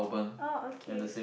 oh okay